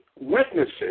witnesses